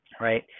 right